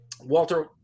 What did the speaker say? Walter